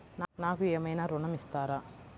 నాకు ఏమైనా ఋణం ఇస్తారా?